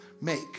make